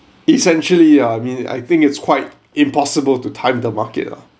essentially ah I mean I think it's quite impossible to time the market ah